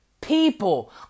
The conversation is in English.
People